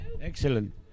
Excellent